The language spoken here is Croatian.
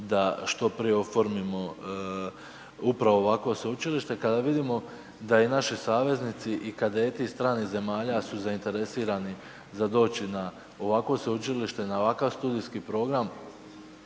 da što prije oformimo upravo ovakvo sveučilište kada vidimo da i naši saveznici i kadeti stranih zemalja su zainteresirani za doći na ovakvo sveučilište, na ovakav studijski program